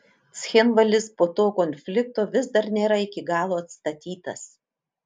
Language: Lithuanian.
cchinvalis po to konflikto vis dar nėra iki galo atstatytas